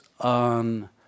on